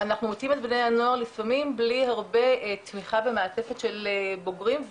אנחנו מוצאים את בני הנוער לפעמים בלי הרבה תמיכה ומעטפת של בוגרים.